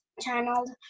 channel